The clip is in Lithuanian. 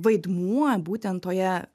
vaidmuo būtent toje